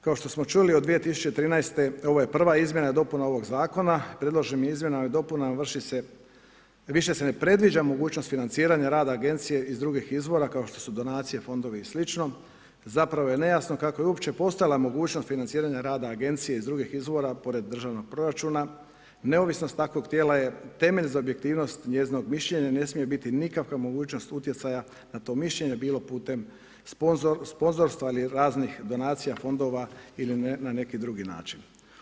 Kao što smo čuli, od 2013. ovo je prva izmjena i dopuna ovog zakona, predloženim izmjenama i dopunama više se ne predviđa mogućnost financiranja rada agencije iz drugih izvora kao što su donacije, fondovi i sl., zapravo je nejasno kako je uopće postojala mogućnost financiranja rada agencije iz drugih izvora pored državnog proračuna, neovisnost takvog tijela je temelj za objektivnost njezinog mišljenja i ne smije biti nikakve mogućnosti utjecaja na to mišljenje bilo putem sponzorstva ili raznih donacija fondova ili na neki drugi način.